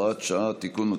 הוראת שעה) (תיקון),